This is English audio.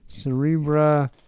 cerebra